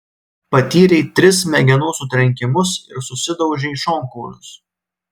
patyrei tris smegenų sutrenkimus ir susidaužei šonkaulius